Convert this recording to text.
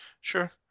Sure